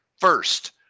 first